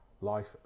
life